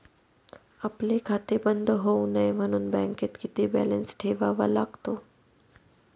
आपले खाते बंद होऊ नये म्हणून बँकेत किती बॅलन्स ठेवावा लागतो?